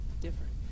different